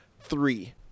three